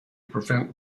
prevent